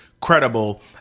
credible